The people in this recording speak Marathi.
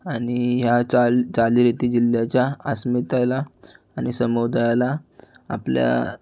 आणि ह्या चाल चालीरीती जिल्ह्याच्या अस्मितेला आणि समुदायाला आपल्या